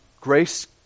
grace